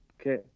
Okay